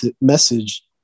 message